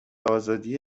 ازادی